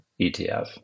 ETF